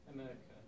America